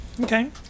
Okay